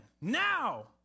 now